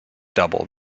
double